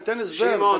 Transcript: אני אתן הסבר --- שמעון,